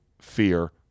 Fear